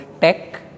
tech